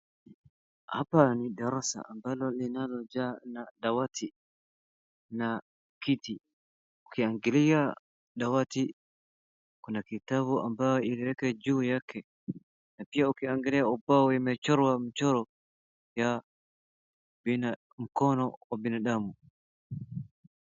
Hapa ni darasa ambalo nilojaa dawati na kiti . Ukiangalia dawati kuna kitabu ambayo iliekwa juu yake na pia ukiangalia umbao imechorwa ya ina mkono ya binadamu.